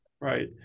right